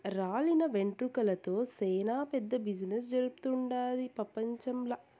రాలిన వెంట్రుకలతో సేనా పెద్ద బిజినెస్ జరుగుతుండాది పెపంచంల